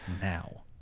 Now